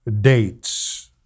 dates